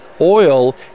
oil